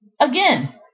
Again